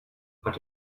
but